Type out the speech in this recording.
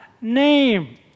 name